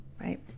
Right